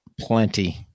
Plenty